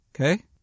okay